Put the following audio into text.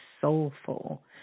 soulful